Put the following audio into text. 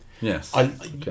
Yes